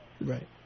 Right